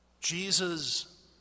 Jesus